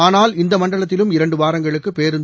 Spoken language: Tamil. ஆனால் இந்த மண்டலத்திலும் இரண்டு வாரங்களுக்கு பேருந்து